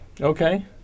Okay